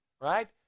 Right